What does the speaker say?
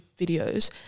videos